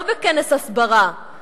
לא בכנס הסברה,